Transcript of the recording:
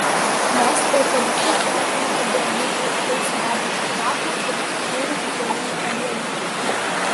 mes eukaliptus vertiname dėl jų pilkšvai sidabriškų lapų ir kvapiųjų eterinių aliejų